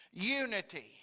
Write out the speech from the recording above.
Unity